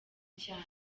cyane